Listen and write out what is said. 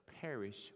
perish